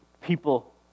people